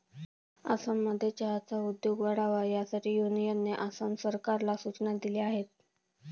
आसाममध्ये चहाचा उद्योग वाढावा यासाठी युनियनने आसाम सरकारला सूचना दिल्या आहेत